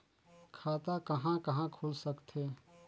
खाता कहा कहा खुल सकथे?